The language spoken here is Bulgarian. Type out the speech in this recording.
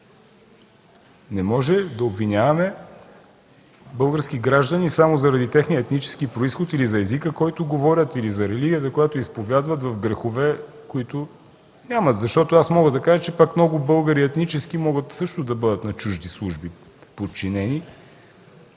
Не можем да обвиняваме български граждани само заради техния етнически произход или за езика, който говорят, или за религията, която изповядват, в грехове, които нямат. Защото аз мога да кажа, че пък много етнически българи могат също да бъдат подчинени